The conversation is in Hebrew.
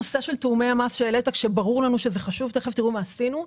הנושא של תיאומי המס שהעלית שברור לנו שהוא חשוב ותכף תראו מה עשינו.